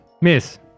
Miss